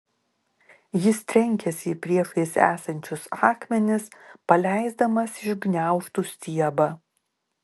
jis trenkėsi į priešais esančius akmenis paleisdamas iš gniaužtų stiebą